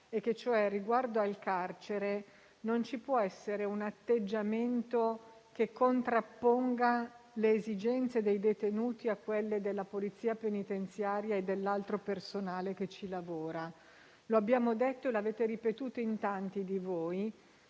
e che cioè, riguardo al carcere, non ci può essere un atteggiamento che contrapponga le esigenze dei detenuti a quelle della polizia penitenziaria e dell'altro personale che ci lavora. Lo abbiamo detto e lo avete ripetuto in tanti: ogni